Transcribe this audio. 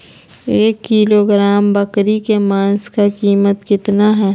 एक किलोग्राम बकरी के मांस का कीमत कितना है?